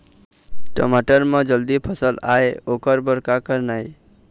टमाटर म जल्दी फल आय ओकर बर का करना ये?